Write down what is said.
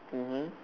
mmhmm